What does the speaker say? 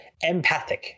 Empathic